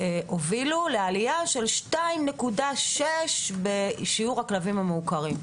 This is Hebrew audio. הובילו לעלייה של 2.6 בשיעור הכלבים המעוקרים.